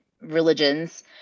religions